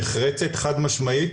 נחרצת חד-משמעית,